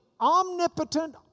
omnipotent